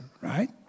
right